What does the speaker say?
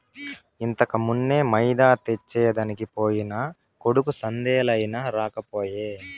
ఇంతకుమున్నే మైదా తెచ్చెదనికి పోయిన కొడుకు సందేలయినా రాకపోయే